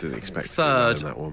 Third